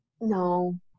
No